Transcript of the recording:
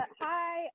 Hi